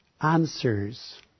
answers